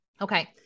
Okay